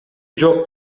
жок